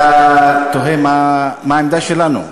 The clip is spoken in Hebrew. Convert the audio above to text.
אתה תוהה מה העמדה שלנו.